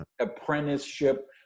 apprenticeship